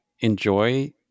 enjoy